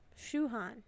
Shuhan